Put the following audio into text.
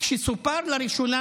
"כשסופר לראשונה,